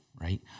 Right